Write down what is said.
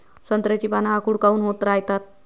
संत्र्याची पान आखूड काऊन होत रायतात?